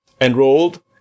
enrolled